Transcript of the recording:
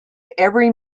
every